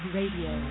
Radio